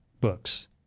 books